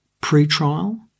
pre-trial